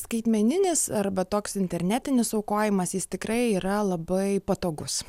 skaitmeninis arba toks internetinis aukojimasis jis tikrai yra labai patogus